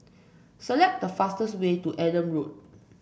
select the fastest way to Adam Road